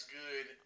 good